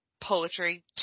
poetry